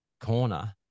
corner